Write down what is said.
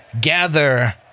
gather